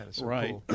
Right